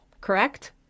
correct